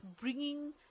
bringing